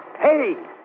Hey